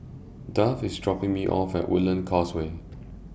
Duff IS dropping Me off At Woodlands Causeway